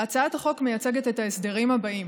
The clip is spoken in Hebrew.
והצעת החוק מייצגת את ההסדרים הבאים: